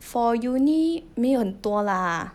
for uni 没有很多 lah